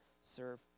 serve